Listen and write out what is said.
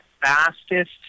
fastest